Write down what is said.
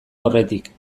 aurretik